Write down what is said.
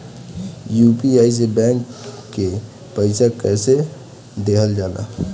UPI से bank के पैसा कैसे देखल जाला?